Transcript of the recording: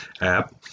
app